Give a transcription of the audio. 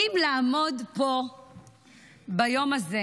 אם לעמוד פה ביום הזה,